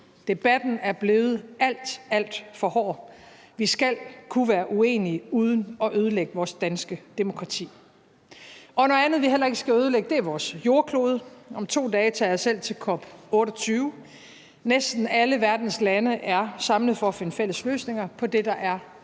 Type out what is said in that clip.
Debatten er blevet alt, alt for hård. Vi skal kunne være uenige uden at ødelægge vores danske demokrati. Noget andet, vi heller ikke skal ødelægge, er vores jordklode. Om 2 dage tager jeg selv til COP28. Næsten alle verdens lande er samlet for at finde fælles løsninger på det, der er